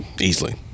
easily